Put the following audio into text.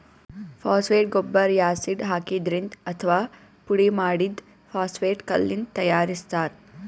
phosphate ಗೊಬ್ಬರ್ acid ಹಾಕಿದ್ರಿಂದ್ ಅಥವಾ ಪುಡಿಮಾಡಿದ್ದ್ ಫಾಸ್ಫೇಟ್ ಕಲ್ಲಿಂದ್ ತಯಾರಿಸ್ತಾರ್